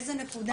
באיזה נקודה?